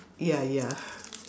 ya ya